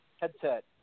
headset